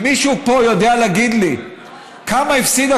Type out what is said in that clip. האם מישהו פה יודע להגיד לי כמה הפסידה